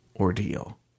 ordeal